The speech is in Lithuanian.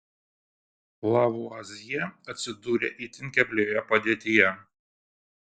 lavuazjė atsidūrė itin keblioje padėtyje